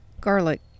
garlic